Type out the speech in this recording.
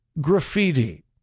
graffiti